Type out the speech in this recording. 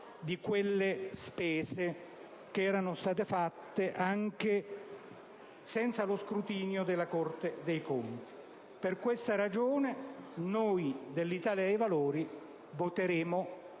di quelle spese che erano state fatte, anche senza lo scrutinio della Corte dei conti. Per questa ragione, noi dell'Italia dei Valori voteremo